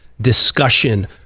discussion